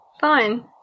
fine